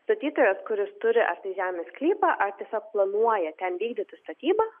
statytojas kuris turi ar tai žemės sklypą ar tiesiog planuoja ten vykdyti statybą